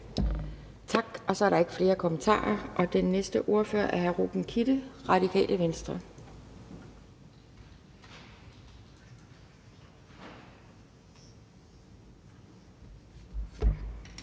Tak. Så er der ikke flere korte bemærkninger. Den næste ordfører er hr. Ruben Kidde, Radikale Venstre.